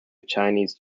chinese